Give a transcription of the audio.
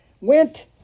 went